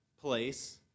place